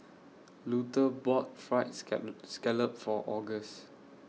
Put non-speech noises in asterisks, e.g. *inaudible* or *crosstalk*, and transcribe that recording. Luther bought Fried *unintelligible* Scallop For August